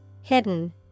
Hidden